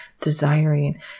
desiring